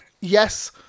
yes